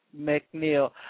McNeil